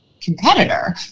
competitor